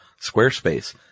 Squarespace